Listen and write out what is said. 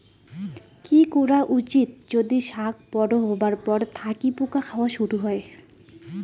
কি করা উচিৎ যদি শাক বড়ো হবার পর থাকি পোকা খাওয়া শুরু হয়?